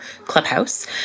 Clubhouse